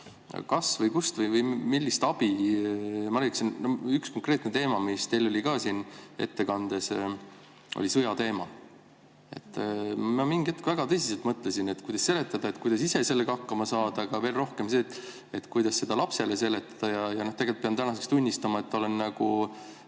kas või kust või millist abi [võiks saada]? Üks konkreetne teema, mis teil oli ka siin ettekandes, oli sõjateema. Ma mingi hetk väga tõsiselt mõtlesin, kuidas seletada, kuidas ise sellega hakkama saada, aga veel rohkem seda, et kuidas seda lapsele seletada. Ja tegelikult pean tänaseks tunnistama, et olen nagu